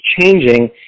changing